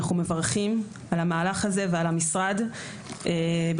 אנחנו מברכים על המהלך הזה ועל המשרד בחוד